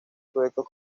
proyectos